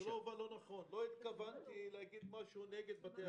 שלא אובן לא נכון: לא התכוונתי להגיד משהו נגד בתי הספר.